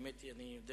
האמת היא שבאתי